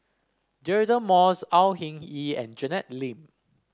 Deirdre Moss Au Hing Yee and Janet Lim